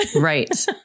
Right